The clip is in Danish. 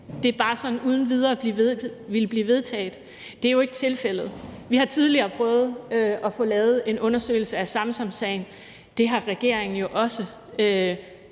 bare sådan uden videre ville blive vedtaget. Det er jo ikke tilfældet. Vi har tidligere prøvet at få lavet en undersøgelse af Samsamsagen. Regeringen har jo også